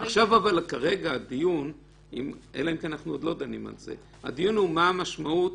אבל כרגע הדיון הוא מה המשמעות